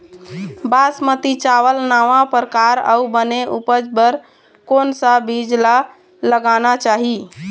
बासमती चावल नावा परकार अऊ बने उपज बर कोन सा बीज ला लगाना चाही?